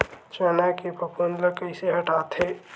चना के फफूंद ल कइसे हटाथे?